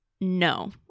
no